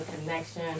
connection